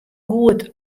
goed